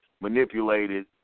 manipulated